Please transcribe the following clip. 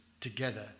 together